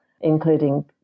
including